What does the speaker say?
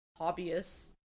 hobbyists